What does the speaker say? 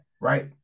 right